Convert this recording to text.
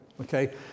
Okay